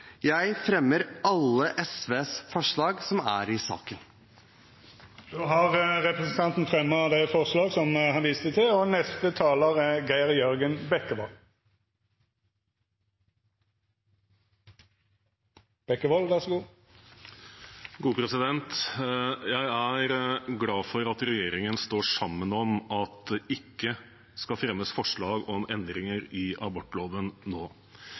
Jeg fremmer alle SVs forslag i saken. Representanten Nicholas Wilkinson har fremja dei forslaga han refererte til. Jeg er glad for at regjeringen står sammen om at det ikke skal fremmes forslag om endringer i abortloven nå,